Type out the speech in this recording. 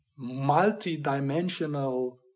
multidimensional